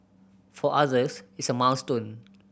for others it's a milestone